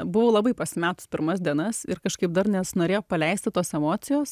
buvau labai pasimetus pirmas dienas ir kažkaip dar nesinorėjo paleisti tos emocijos